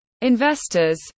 Investors